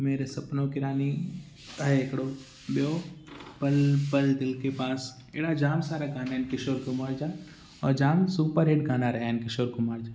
मेरे सपनो की रानी आहे हिकिड़ो ॿियो पल पल दिलि के पास एड़ा जाम सारा गाना आहिनि किशोर कुमार जा और जाम सुपरहिट गाना रहिया हिन किशोर कुमार जा